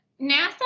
NASA